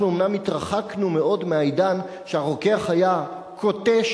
אומנם התרחקנו מאוד מהעידן שהרוקח היה כותש